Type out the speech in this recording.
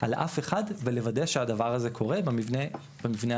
על אף אחד ולוודא שהדבר הזה קורה במבנה הזה.